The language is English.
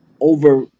over